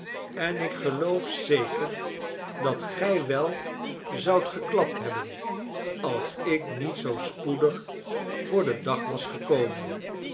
en ik geloof zeker dat gij wel zoudt geklapt hebben als ik niet zoo spoedig voor den dag was gekomen